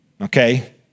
okay